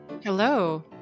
Hello